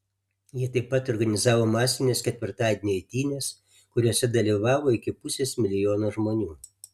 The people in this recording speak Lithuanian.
jie taip pat organizavo masines ketvirtadienio eitynes kuriose dalyvavo iki pusės milijono žmonių